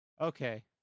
Okay